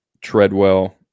Treadwell